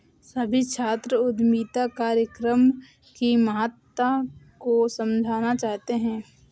सभी छात्र उद्यमिता कार्यक्रम की महत्ता को समझना चाहते हैं